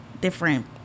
different